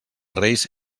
reis